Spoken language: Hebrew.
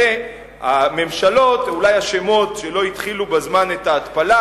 הרי הממשלות אולי אשמות שלא התחילו בזמן את ההתפלה,